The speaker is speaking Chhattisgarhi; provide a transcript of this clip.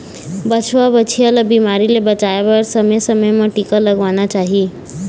बछवा, बछिया ल बिमारी ले बचाए बर समे समे म टीका लगवाना चाही